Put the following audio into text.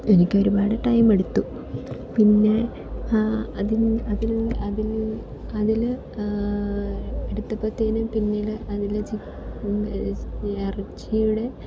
എനിക്കൊരുപാട് ടൈം എടുത്തു പിന്നെ ആ അതിൽ അതിൽ അതിൽ അതിൽ എടുത്തപ്പത്തേന് പിന്നീട് അതിൽ ഇറച്ചിയുടെ